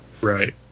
Right